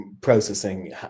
Processing